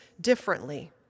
differently